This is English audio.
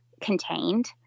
contained